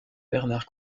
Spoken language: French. bernard